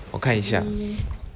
我看一下